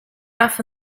rough